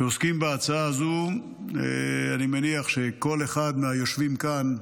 אנחנו עוסקים בהצעה הזאת ואני מניח שכל אחד מהיושבים כאן,